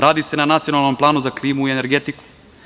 Radi se na nacionalnom planu za klimu i energetiku.